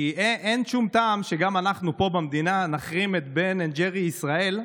אין שום טעם שגם אנחנו פה במדינה נחרים את בן אנד ג'ריס ישראל,